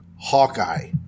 Hawkeye